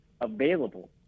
available